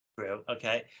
Okay